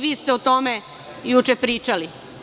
Vi ste o tome juče pričali.